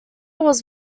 was